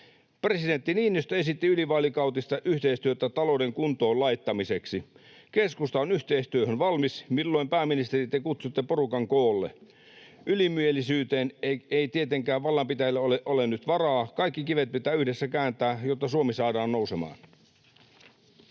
Presidentti Niinistö esitti ylivaalikautista yhteistyötä talouden kuntoon laittamiseksi. Keskusta on yhteistyöhön valmis. Milloin, pääministeri, te kutsutte porukan koolle? Ylimielisyyteen ei tietenkään vallanpitäjillä ole nyt varaa. Kaikki kivet pitää yhdessä kääntää, jotta Suomi saadaan nousemaan.